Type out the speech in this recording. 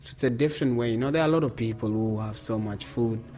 it's a different way, you know there are a lot of people who have so much food,